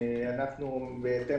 בהתאם